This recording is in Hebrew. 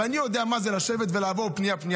ואני יודע מה זה לשבת ולעבור פנייה-פנייה,